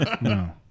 no